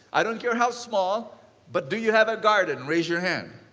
i don't care how small but do you have a garden? raise your hand.